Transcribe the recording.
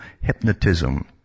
hypnotism